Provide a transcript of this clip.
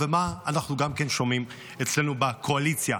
ומה אנחנו גם כן שומעים אצלנו בקואליציה,